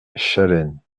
chaleins